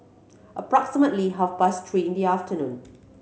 approximately half past three in the afternoon